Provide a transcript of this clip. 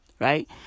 right